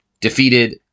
defeated